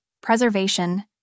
preservation